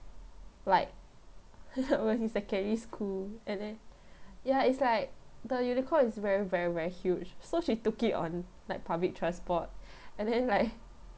like was in secondary school and then ya it's like the unicorn is very very very huge so she took it on like public transport and then like